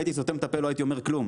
הייתם סותם את הפה ולא הייתי אומר כלום,